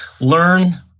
learn